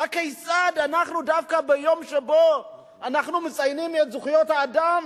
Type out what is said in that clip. הכיצד דווקא ביום שבו אנחנו מציינים את זכויות האדם